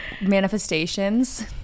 manifestations